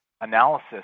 analysis